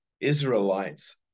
Israelites